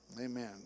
Amen